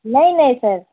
نہیں نہیں سر